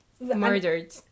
murdered